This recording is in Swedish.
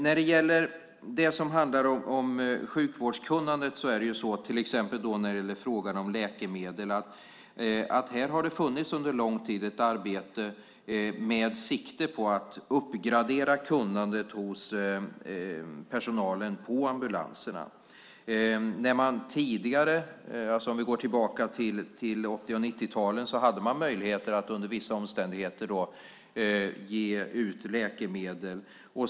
När det gäller sjukvårdskunnandet och frågan om läkemedel har det under lång tid funnits ett arbete med sikte på att uppgradera kunnandet hos personalen på ambulanserna. Om vi går tillbaka till 80 och 90-talen hade ambulanssjukvårdarna möjlighet att under vissa omständigheter ge läkemedel.